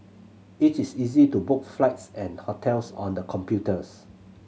it is easy to book flights and hotels on the computers